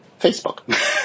Facebook